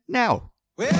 now